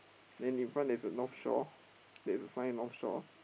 then in front there's a North-Shore there's a sign North-Shore